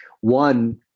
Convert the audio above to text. One